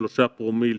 שלושה פרומיל,